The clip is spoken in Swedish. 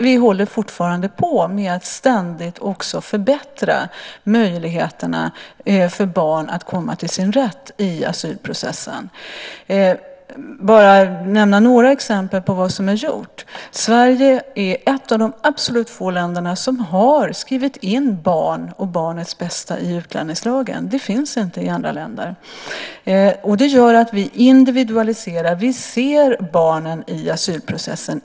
Vi håller fortfarande på med att ständigt också förbättra möjligheterna för barn att komma till sin rätt i asylprocessen. Jag ska bara nämna några exempel på vad som har gjorts. Sverige är ett av de absolut få länderna som har skrivit in barnets bästa i utlänningslagen. Det finns inte i andra länder. Det gör att vi individualiserar. Vi ser barnen i asylprocessen.